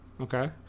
Okay